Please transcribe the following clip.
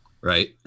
Right